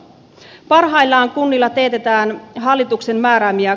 parhaillaan kunnilla teetetään hallituksen määrään ja